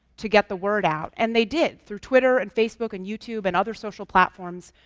to get the word out. and they did through twitter and facebook and youtube, and other social platforms.